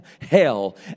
hell